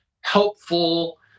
helpful